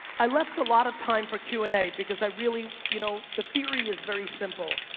i left a lot of time for q and a because i really, you know the theory is very simple.